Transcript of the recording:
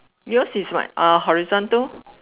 your is what a horizontal